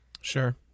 Sure